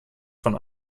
von